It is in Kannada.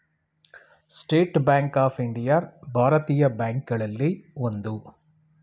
ಸ್ಟೇಟ್ ಬ್ಯಾಂಕ್ ಆಫ್ ಇಂಡಿಯಾ ಭಾರತೀಯ ಬ್ಯಾಂಕ್ ಗಳಲ್ಲಿ ಒಂದು